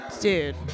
dude